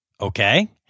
okay